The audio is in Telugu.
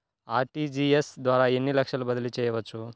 అర్.టీ.జీ.ఎస్ ద్వారా ఎన్ని లక్షలు బదిలీ చేయవచ్చు?